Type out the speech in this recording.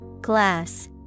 Glass